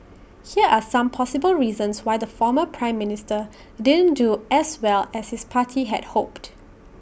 here are some possible reasons why the former Prime Minister didn't do as well as his party had hoped